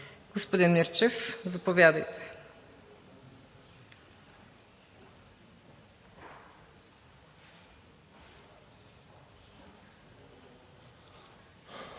Господин Мирчев, заповядайте.